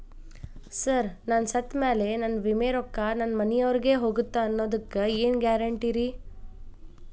Sir ನಾನು ಸತ್ತಮೇಲೆ ನನ್ನ ವಿಮೆ ರೊಕ್ಕಾ ನನ್ನ ಮನೆಯವರಿಗಿ ಹೋಗುತ್ತಾ ಅನ್ನೊದಕ್ಕೆ ಏನ್ ಗ್ಯಾರಂಟಿ ರೇ?